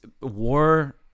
War